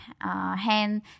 hand